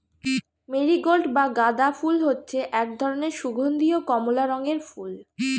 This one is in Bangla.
মেরিগোল্ড বা গাঁদা ফুল হচ্ছে এক ধরনের সুগন্ধীয় কমলা রঙের ফুল